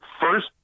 first